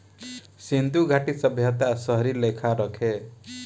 सिन्धु घाटी सभ्यता शहरी लेखा रहे